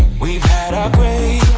we've had our grey